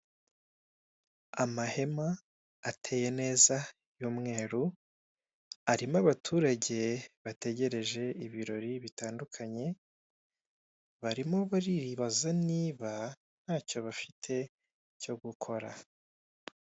Amahema ateye neza y'umweru arimo abaturage bategereje ibirori bitandukanye barimo baribaza niba ntacyo bafite cyo gukora.